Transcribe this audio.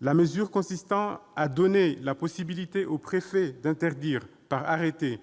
La mesure qui consiste à donner la possibilité aux préfets d'interdire, par arrêté,